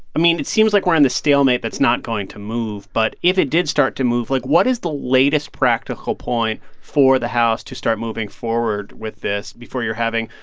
i mean, it seems like we're in this stalemate that's not going to move. but if it did start to move, like, what is the latest practical point for the house to moving forward with this before you're having,